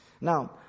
Now